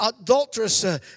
adulterous